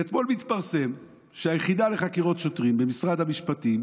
ואתמול מתפרסם שהיחידה לחקירות שוטרים במשרד המשפטים